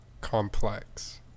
complex